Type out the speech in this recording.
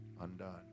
undone